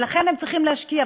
ולכן הם צריכים להשקיע,